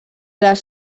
les